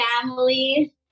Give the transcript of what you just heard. family